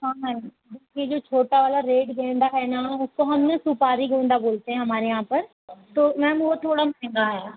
हाँ मैम देखिए जो छोटा वाला रेड गेंदा हैं न उसको हम न सुपारी गेंदा बोलते हैं हमारे यहाँ पर तो मैम वो थोड़ा महंगा आया